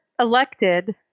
elected